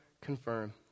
confirm